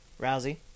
Rousey